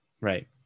Right